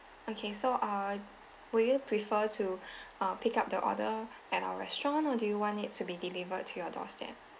okay so uh would you prefer to uh pick up the order at our restaurant or do you want it to be delivered to your doorstep